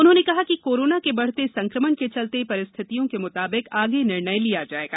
उन्होंने कहा कि कोराना के बढ़ते संक्रमण के चलते परिस्थितियों के मुताबिक आगे निर्णय लिया जायेगा